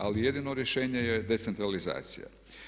Ali jedino rješenje je decentralizacija.